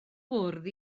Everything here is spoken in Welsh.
bwrdd